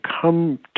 come